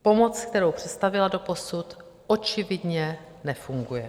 Pomoc, kterou představil doposud, očividně nefunguje.